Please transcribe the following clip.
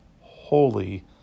Holy